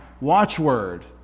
watchword